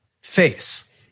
face